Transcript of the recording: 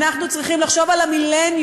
אנחנו צריכים לחשוב על המילניום,